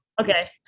Okay